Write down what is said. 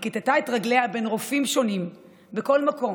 היא כיתתה את רגליה בין רופאים שונים בכל מקום.